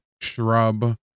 shrub